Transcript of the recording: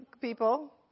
people